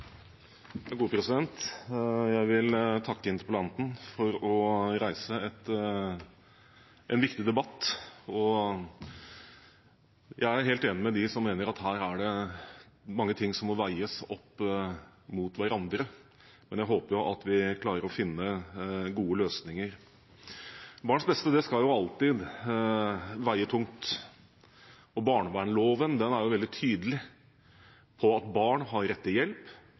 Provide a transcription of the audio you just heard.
Jeg vil takke interpellanten for å reise en viktig debatt. Jeg er helt enig med dem som mener at her er det mange ting som må veies opp mot hverandre, men jeg håper at vi klarer å finne gode løsninger. Barns beste skal alltid veie tungt, og barnevernloven er veldig tydelig på at barn har rett til hjelp